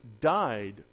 died